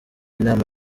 inama